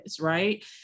right